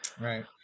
right